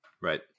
Right